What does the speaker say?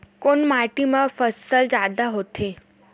कोन माटी मा फसल जादा होथे?